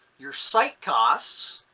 your site costs,